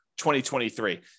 2023